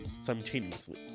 simultaneously